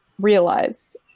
realized